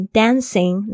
dancing